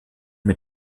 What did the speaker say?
mit